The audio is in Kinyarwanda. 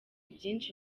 byinshi